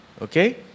Okay